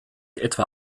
etwa